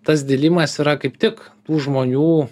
tas dilimas yra kaip tik tų žmonių